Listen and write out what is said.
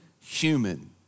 human